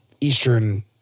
eastern